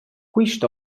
quist